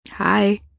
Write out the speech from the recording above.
Hi